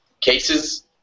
cases